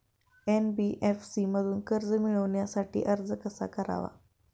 NBFC मधून कर्ज मिळवण्यासाठी अर्ज कसा करावा?